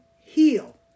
Heal